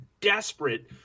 desperate